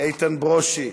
איתן ברושי,